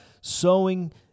sowing